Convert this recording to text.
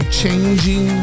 changing